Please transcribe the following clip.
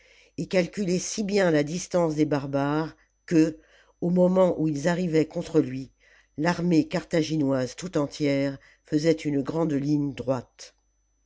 et calculé si bien la distance des barbares que au moment oii ils arrivaient contre lui l'armée carthaginoise tout entière faisait une grande ligne droite